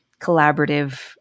collaborative